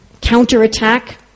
counterattack